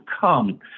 come